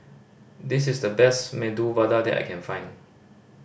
this is the best Medu Vada that I can find